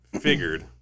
figured